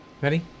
Ready